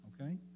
okay